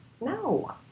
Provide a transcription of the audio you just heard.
no